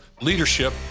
leadership